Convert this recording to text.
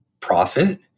profit